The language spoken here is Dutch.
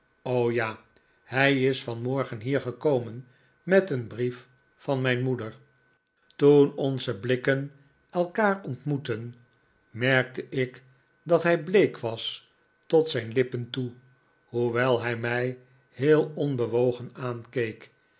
ja hij is vanmorgen hier gekomen met een brief van mijn moeder david copperfield toen onze blikken elkaar ontmoetten merkte ik dat hij bleek was tot zijn lippen toe hoewel hij mij heel onbewogen aankeek